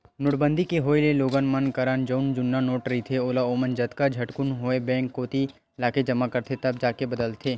नोटबंदी के होय ले लोगन मन करन जउन जुन्ना नोट रहिथे ओला ओमन जतका झटकुन होवय बेंक कोती लाके जमा करथे तब जाके बदलाथे